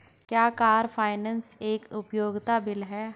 क्या car finance एक उपयोगिता बिल है?